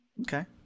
Okay